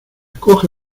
coge